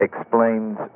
explains